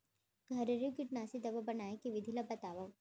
घरेलू कीटनाशी दवा बनाए के विधि ला बतावव?